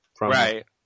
Right